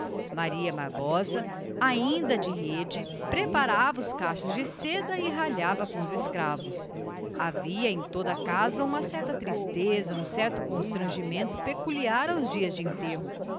maria bárbara ainda de rede preparava os seus cachos de seda mirando se num espelho que a brígida segurava com ambas as mãos ajoelhada defronte dela havia em toda a casa o triste constrangimento dos dias de enterro